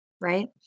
right